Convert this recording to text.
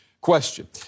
Question